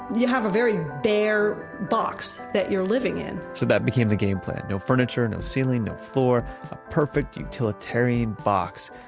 you have a very bare box that you're living in so that became the game plan. no furniture, no ceiling, no floor. a perfect utilitarian box,